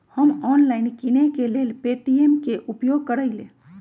हम ऑनलाइन किनेकेँ लेल पे.टी.एम के उपयोग करइले